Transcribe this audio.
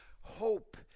hope